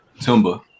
Tumba